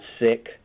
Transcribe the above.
sick